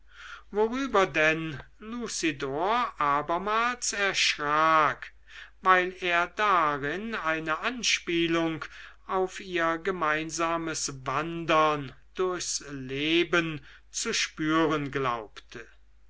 worüber denn lucidor abermals erschrak weil er darin eine anspielung auf ihr gemeinsames wandern durchs leben zu spüren glaubte